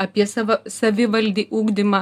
apie savo savivaldį ugdymą